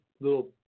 little